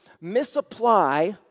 misapply